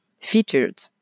featured